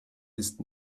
ist